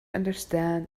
understand